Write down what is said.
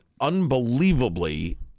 unbelievably